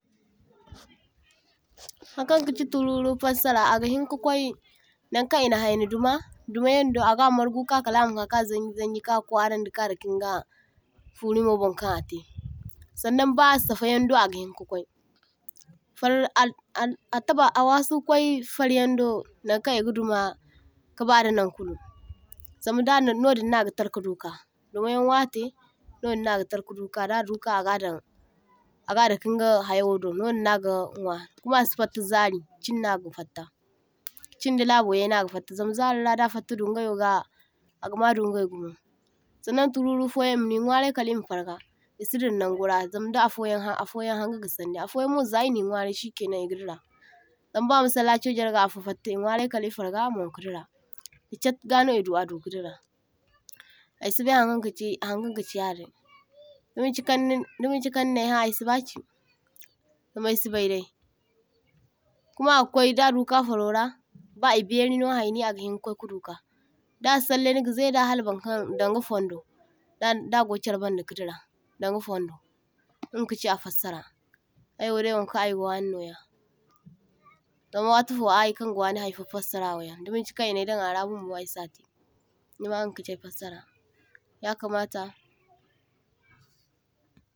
toh-toh Hankan kachi tururu fassara agahiŋ ka kwai nan kaŋ e na hayni duma, dumayando a ga marguka kalama ka ka zanji zanji ka kwaraŋdi ka dakai niga forumo ban kan atai, sannaŋ ba safayando agahin ka kwai, farr al ar a ta ba a wasu kwai faryando nankan e gaduma kabada nan kulu, zama dadan nodinno agatar ka duka, dumayaŋ watai nodinno a gatarka duka daduka agadan agadakai inga hayawoban no dinno aga nwa. Kuma asifatta zari, chino a gafatta, chinda labo yay na ga fatta zama zarora da fatta dun gayo ga a gama dungayo gumo. Sannaŋ tururu foyaŋ imini nwaray kali e ma farga e se dira nan gora, zama da afoyaŋ ha a foyan hanga gasandi, a foyanmo za eni nwaray shikenaŋ e gadira zama ba’afo e masallacho jarga afo fatta e nwaray kali e farga a mangu kadira, da chaat gano e du adu ka dira aysibay Hankan Hankan kachi yadin dimanchi ni dimachi kan ninai ha ay sibachi zama ay si bay dai. Kuma a kwai daduka farora ba ay bairino hayŋiya agahin ka kwai kadu ka, da sallai ni gazai da hala burkaŋ danga fundo, da da go charbanda kadira danga fundo in ga kachin a fassara, aywo dai wankan ayga wani no ya dan watufo aykan gawani hayfo fassarawayan diman chi kan e naydan arabunbu ay sa’te, nima inga kachi ay fassara, yakamata.